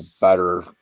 better